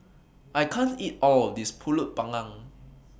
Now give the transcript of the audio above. I can't eat All of This Pulut Panggang